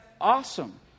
awesome